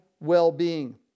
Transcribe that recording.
well-being